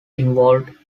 involved